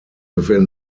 within